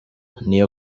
niyo